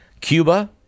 Cuba